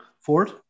Ford